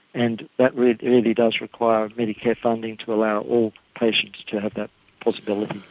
and that really really does require medicare funding to allow all patients to have that possibility.